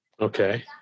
Okay